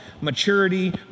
maturity